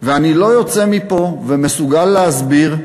ואני לא יוצא מפה ומסוגל להסביר,